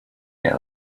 get